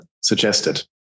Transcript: suggested